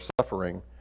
suffering